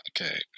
okay